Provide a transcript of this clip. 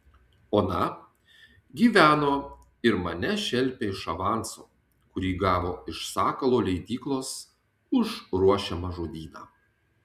ona gyveno ir mane šelpė iš avanso kurį gavo iš sakalo leidyklos už ruošiamą žodyną